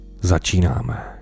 začínáme